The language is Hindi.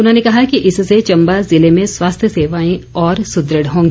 उन्होंने कहा कि इससे चम्बा जिले में स्वास्थ्य सेवाएं और सुदृढ़ होंगी